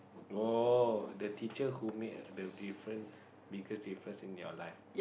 oh the teacher who make the difference biggest difference in your life